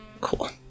Cool